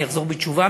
אני אחזור בתשובה,